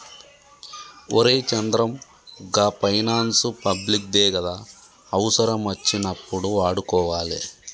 ఒరే చంద్రం, గా finance public దే గదా, అవుసరమచ్చినప్పుడు వాడుకోవాలె